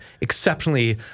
exceptionally